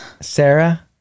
Sarah